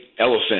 elephant